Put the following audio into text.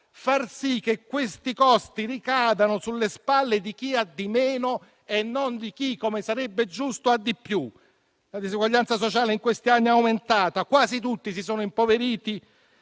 far sì che questi costi ricadano sulle spalle di chi ha di meno e non di chi, come sarebbe giusto, ha di più. La disuguaglianza sociale in questi anni è aumentata: quasi tutti si sono impoveriti